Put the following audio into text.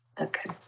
Okay